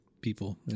people